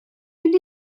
mynd